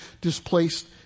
displaced